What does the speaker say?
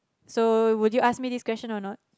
so would you ask me this question or not